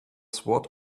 swat